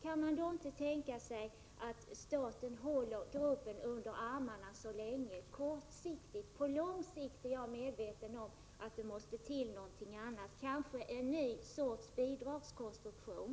Kan man då inte tänka sig att staten kortsiktigt håller gruppen under armarna? Jag är medveten om att det på lång sikt måste till något annat, kanske en ny bidragskonstruktion.